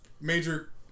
Major